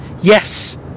yes